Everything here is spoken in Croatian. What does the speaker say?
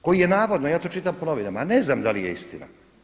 Koji je navodno, ja to čitam po novinama, ja ne znam da li je to istina.